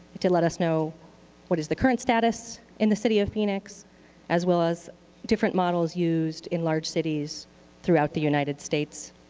to let us know what is the current status in the city of phoenix as well as different models used in large cities throughout the united states.